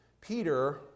Peter